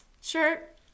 shirt